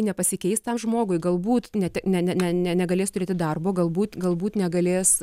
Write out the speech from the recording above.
nepasikeis tam žmogui galbūt net ne ne ne ne negalės turėti darbo galbūt galbūt negalės